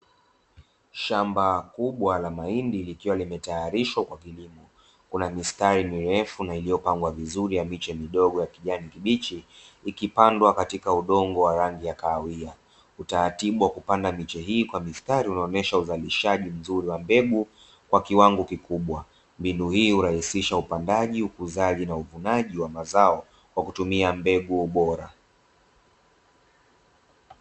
Shamba kubwa la mahindi likiwa limetayarishwa kwa kilimo